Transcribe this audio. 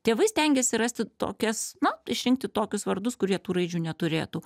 tėvai stengiasi rasti tokias na išrinkti tokius vardus kurie tų raidžių neturėtų